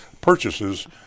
purchases